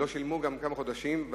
גם לא שילמו כמה חודשים.